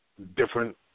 different